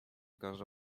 casa